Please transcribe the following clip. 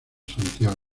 santiago